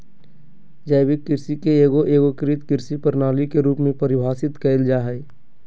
जैविक कृषि के एगो एगोकृत कृषि प्रणाली के रूप में परिभाषित कइल जा हइ